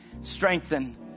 strengthen